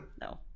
no